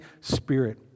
Spirit